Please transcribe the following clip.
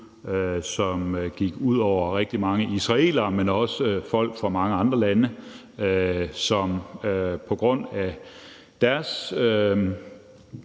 som gik ud over rigtig mange israelere, men også folk fra mange andre lande, som på grund af deres